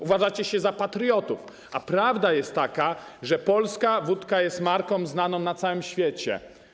Uważacie się za patriotów, a prawda jest taka, że polska wódka jest marką znaną na całym świecie.